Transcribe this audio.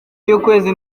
y’ukwezi